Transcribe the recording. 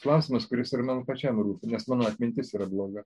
klausimas kuris ir man pačiam rūpi nes mano atmintis yra bloga